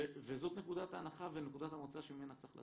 וזאת נקודת ההנחה ונקודת המוצא שממנה צריך לצאת.